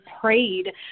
prayed